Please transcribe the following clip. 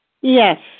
Yes